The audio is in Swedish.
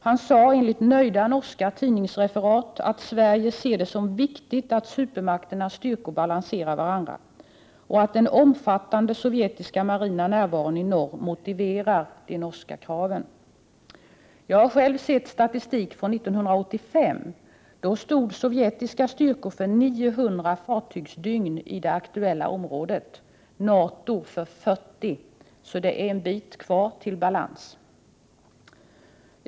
Han sade enligt nöjda norska tidningsreferat att Sverige ser det som viktigt att supermakternas styrkor balanserar varandra och att den omfattande sovjetiska marina närvaron i norr motiverar de norska kraven. Jag har sett statistik från 1985. Då stod sovjetiska styrkor för 900 fartygsdygn i det aktuella området, och NATO för 40, så det är en bit kvar till balans.